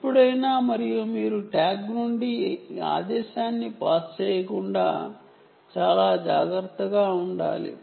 ఎప్పుడైనా మరియు మీరు ట్యాగ్ నుండి ఈ ఆదేశాన్ని పాస్ చేయకుండా చాలా జాగ్రత్తగా ఉండాలి